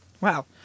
Wow